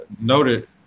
noted